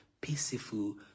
Peaceful